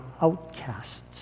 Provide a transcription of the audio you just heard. outcasts